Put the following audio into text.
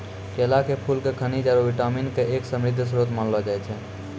केला के फूल क खनिज आरो विटामिन के एक समृद्ध श्रोत मानलो जाय छै